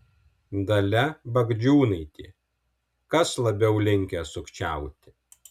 dalia bagdžiūnaitė kas labiau linkęs sukčiauti